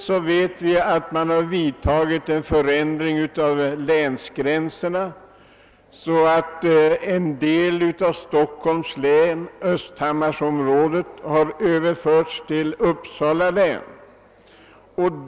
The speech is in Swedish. Som vi vet har man vidtagit en ändring av länsgränserna så att en del av Stockholms län, Östhammar-området, överförts till Uppsala län.